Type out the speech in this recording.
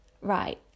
Right